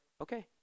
okay